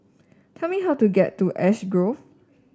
please tell me how to get to Ash Grove